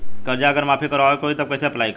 कर्जा अगर माफी करवावे के होई तब कैसे अप्लाई करम?